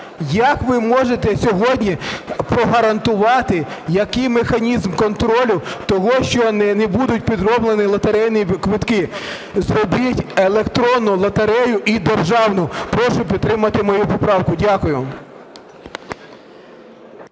Як ви можете сьогодні прогарантувати, який механізм контролю того, що не будуть підроблені лотерейні квитки? Зробіть електронну лотерею і державну. Прошу підтримати мою поправку. Дякую.